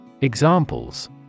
Examples